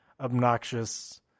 obnoxious